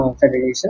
Federation